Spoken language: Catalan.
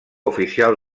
oficial